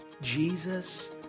Jesus